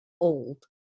old